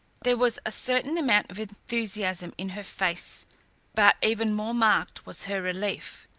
there was a certain amount of enthusiasm in her face but even more marked was her relief.